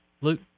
Luke